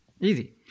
Easy